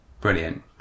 brilliant